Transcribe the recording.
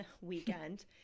weekend